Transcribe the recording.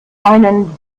einen